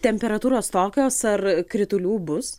temperatūros tokios ar kritulių bus